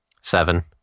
Seven